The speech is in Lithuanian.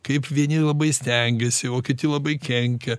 kaip vieni labai stengiasi o kiti labai kenkia